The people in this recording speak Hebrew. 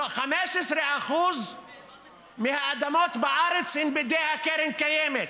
15% מהאדמות בארץ הן בידי קרן קיימת,